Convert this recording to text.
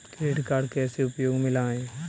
Credit card कैसे उपयोग में लाएँ?